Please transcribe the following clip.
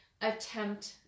attempt